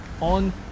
on